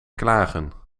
klagen